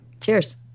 Cheers